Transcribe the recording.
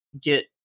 get